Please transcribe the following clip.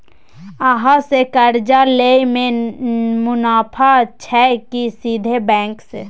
अहाँ से कर्जा लय में मुनाफा छै की सीधे बैंक से?